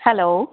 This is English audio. hello